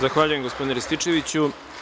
Zahvaljujem, gospodine Rističeviću.